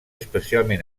especialment